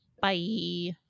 Bye